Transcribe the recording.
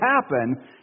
happen